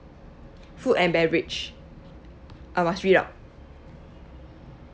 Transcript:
food and beverage I must read out